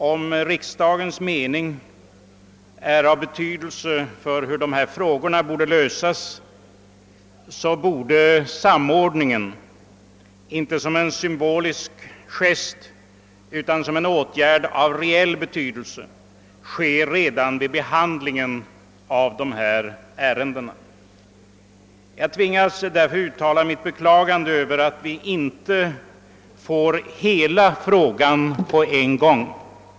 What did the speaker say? Om riksdagens mening har betydelse för hur dessa frågor skall lösas, borde samordningen — inte som en symbolisk gest, utan som en reell åtgärd — ske redan vid behandlingen av dessa ärenden. Jag tvingas därför uttala mitt beklagande av att vi inte får hela frågan på en gång.